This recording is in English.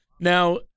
Now